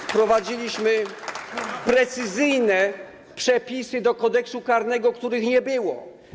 Wprowadziliśmy precyzyjne przepisy do Kodeksu karnego, których nie było.